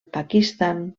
pakistan